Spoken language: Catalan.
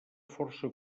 força